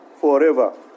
forever